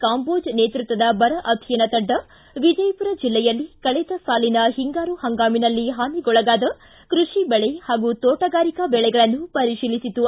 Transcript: ಕಾಂದೋಜ್ ನೇತೃತ್ವದ ಬರ ಅಧ್ಯಯನ ತಂಡ ವಿಜಯಪುರ ಜಿಲ್ಲೆಯಲ್ಲಿ ಕಳೆದ ಸಾಲಿನ ಹಿಂಗಾರು ಹಂಗಾಮಿನಲ್ಲಿ ಹಾನಿಗೊಳಗಾದ ಕೃಷಿ ಬೆಳೆ ಹಾಗೂ ತೋಟಗಾರಿಕಾ ಬೆಳೆಗಳನ್ನು ಪರೀಶಿಲಿಸಿತು